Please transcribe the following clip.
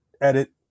edit